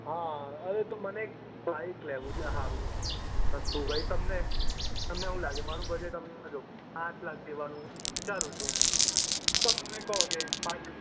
હા અરે તો મને એક બાઇક લેવું છે સારું સસ્તું કંઈ તમને તમને શું લાગે મારું બજેટ તમને કહુ પાંચ લાખ જેવાનું વિચારું છું તમે કહો કે પાંચ